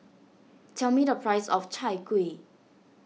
tell me the price of Chai Kuih